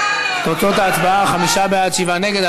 תוצאות ההצבעה: חמישה בעד, שבעה נגד.